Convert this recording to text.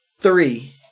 three